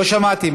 לא שמעתי.